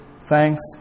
thanks